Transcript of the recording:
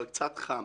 אבל קצת חם.